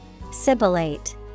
Sibilate